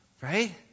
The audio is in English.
Right